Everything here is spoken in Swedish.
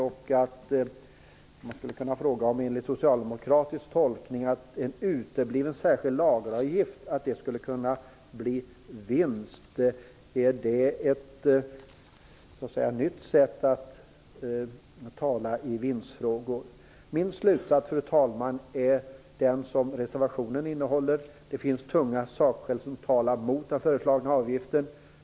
Jag hade därför velat fråga honom om en utebliven särskild lageravgift enligt socialdemokratisk tolkning motsvarar en vinst, om det är ett nytt sätt att resonera i vinstfrågor. Min slutsats, fru talman, är den som reservationen innehåller. Det finns tunga sakskäl som talar mot den föreslagna avgiften.